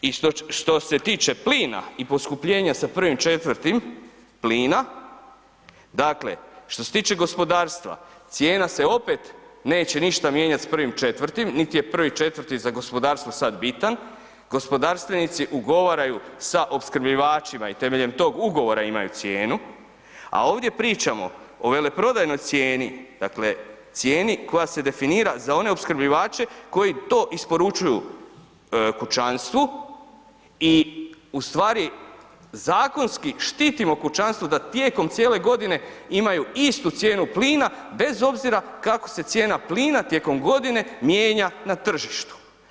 I što se tiče plina i poskupljenja sa 1.4. plina, dakle što se tiče gospodarstva cijena se opet neće ništa mijenjati s 1.4., nit je 1.4. za gospodarstvo sad bitan, gospodarstvenici ugovaraju sa opskrbljivačima i temeljem tog ugovora imaju cijenu, a ovdje pričamo o veleprodajnoj cijeni, dakle cijeni koja se definira za one opskrbljivače koji to isporučuju pučanstvu i u stvari zakonski štitimo kućanstvo da tijekom cijele godine imaju istu cijenu plina bez obzira kako se cijena plina tijekom godine mijenja na tržištu.